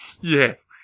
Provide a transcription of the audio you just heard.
yes